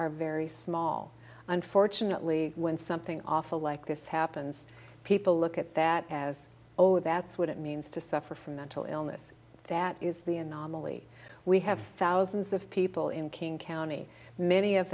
are very small unfortunately when something awful like this happens people look at that as oh that's what it means to suffer from mental illness that is the anomaly we have thousands of people in king county many of